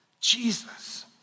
Jesus